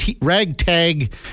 ragtag